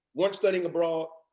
weren't studying abroad,